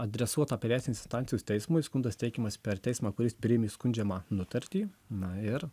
adresuotą apeliacinės instancijos teismui skundas teikiamas per teismą kuris priėmė skundžiamą nutartį na ir